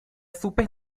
super